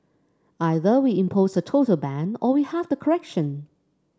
either we impose a total ban or we have the correction